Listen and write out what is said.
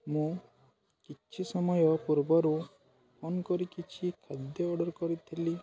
ମୁଁ କିଛି ସମୟ ପୂର୍ବରୁ ଫୋନ କରି କିଛି ଖାଦ୍ୟ ଅର୍ଡ଼ର୍ କରିଥିଲି